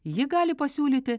ji gali pasiūlyti